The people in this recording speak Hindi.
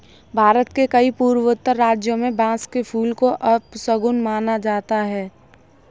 भारत के कई पूर्वोत्तर राज्यों में बांस के फूल को अपशगुन माना जाता है